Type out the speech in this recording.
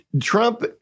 Trump